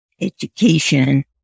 education